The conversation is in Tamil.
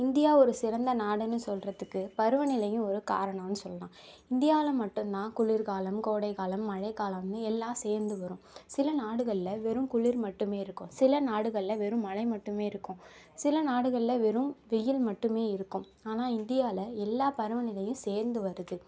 இந்தியா ஒரு சிறந்த நாடுன்னு சொல்லுறத்துக்கு பருவநிலையும் ஒரு காரணன்னு சொல்லலாம் இந்தியாவில மட்டும் தான் குளிர்காலம் கோடைக்காலம் மழைக்காலம்ன்னு எல்லாம் சேர்ந்து வரும் சில நாடுகளில் வெறும் குளிர் மட்டுமே இருக்கும் சில நாடுகளில் வெறும் மழை மட்டுமே இருக்கும் சில நாடுகளில் வெறும் வெயில் மட்டுமே இருக்கும் ஆனா இந்தியாவில எல்லா பருவநிலையும் சேர்ந்து வருது